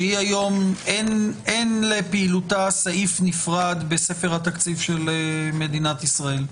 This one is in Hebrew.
ואין לפעילותה סעיף נפרד בספר התקציב של מדינת ישראל.